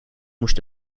moest